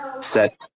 set